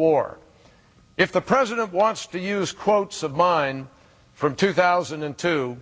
war if the president wants to use quotes of mine from two thousand and two